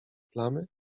plamy